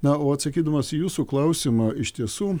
na o atsakydamas į jūsų klausimą iš tiesų